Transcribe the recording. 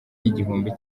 igihumbi